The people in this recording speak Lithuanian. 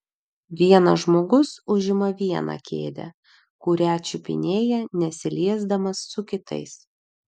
vienas žmogus užima vieną kėdę kurią čiupinėja nesiliesdamas su kitais